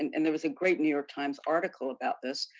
and and there was a great new york times article about this,